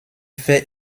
fait